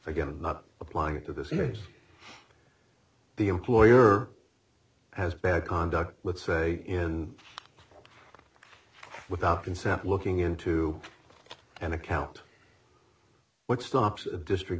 and not applying it to the serious the employer has bad conduct let's say in without consent looking into an account what stops a district